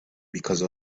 because